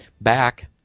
back